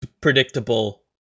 predictable